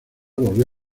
volvió